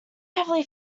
heavily